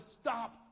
stop